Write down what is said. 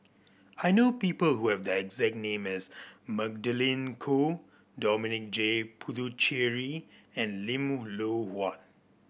I know people who have the exact name as Magdalene Khoo Dominic J Puthucheary and Lim Loh Huat